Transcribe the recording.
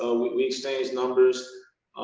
ah we we exchanged numbers,